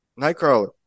Nightcrawler